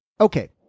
okay